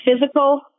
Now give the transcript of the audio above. physical